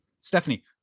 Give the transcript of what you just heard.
stephanie